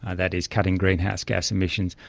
ah that is cutting greenhouse gas emissions,